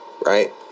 Right